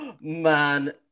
man